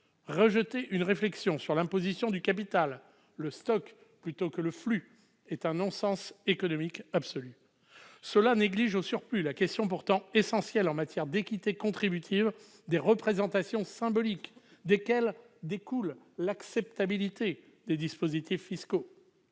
Rejeter une réflexion sur l'imposition du capital, le stock plutôt que le flux, est un non-sens économique absolu. Ceux-là négligent au surplus la question pourtant essentielle en matière d'équité contributive des représentations symboliques, desquelles découle l'acceptabilité des dispositifs fiscaux.